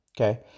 Okay